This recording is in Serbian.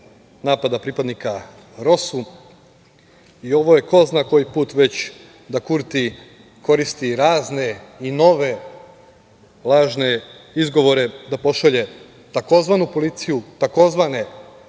napada pripadnika ROSU i ovo je ko zna koji put već da Kurti koristi razne i nove lažne izgovore da pošalje tzv. policiju, tzv.